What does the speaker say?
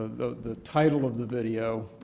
the the title of the video,